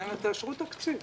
אני אומר: תאשרו תקציב,